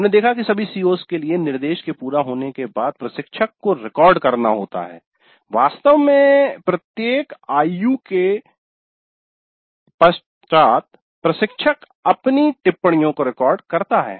हमने देखा है कि सभी CO's के लिए निर्देश के पूरा होने के बाद प्रशिक्षक को दर्ज करना होता है वास्तव में प्रत्येक IU के पश्चाद् प्रशिक्षक अपनी टिप्पणियों को रिकॉर्ड करता है